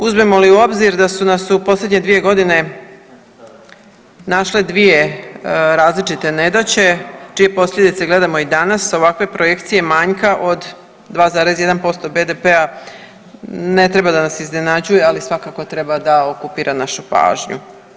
Uzmemo li u obzir da su nas u posljednje 2 godine našle 2 različite nedaće čije posljedice gledamo i danas ovakve projekcije manjka od 2,1% BDP-a ne treba da nas iznenađuje ali svakako treba da okupira našu pažnju.